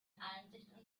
einsicht